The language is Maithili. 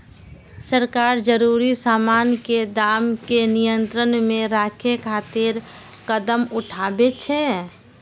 सरकार जरूरी सामान के दाम कें नियंत्रण मे राखै खातिर कदम उठाबै छै